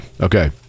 Okay